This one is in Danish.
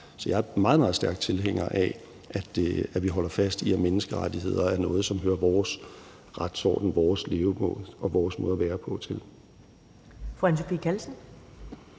Så jeg er meget, meget stærk tilhænger af, at vi holder fast i, at menneskerettigheder er noget, som hører vores retsorden, vores levemåde og vores måde at være på til.